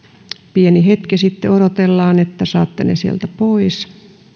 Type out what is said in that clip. pieni hetki sitten odotellaan että saatte ne sieltä pois